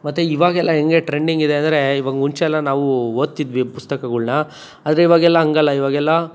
ಮತ್ತು ಇವಾಗೆಲ್ಲ ಹೆಂಗೆ ಟ್ರೆಂಡಿಂಗಿದೆ ಅಂದರೆ ಇವಾಗ ಮುಂಚೆಯೆಲ್ಲ ನಾವು ಓದ್ತಿದ್ವಿ ಪುಸ್ತಕಗಳ್ನ ಆದರೆ ಇವಾಗೆಲ್ಲ ಹಂಗಲ್ಲ ಇವಾಗೆಲ್ಲ